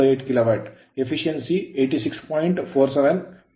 47 ಆಗಿದೆ